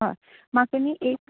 हय म्हाका न्ही एक